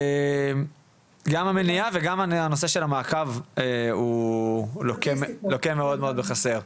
גם המניעה וגם הנושא של המעקב הוא לוקה מאוד מאוד בחסר.